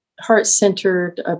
Heart-centered